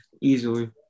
easily